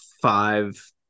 five